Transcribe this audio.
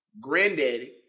granddaddy